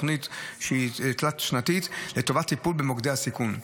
תוכנית שהיא תלת-שנתית לשם טיפול במוקדי סיכון.